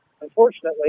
Unfortunately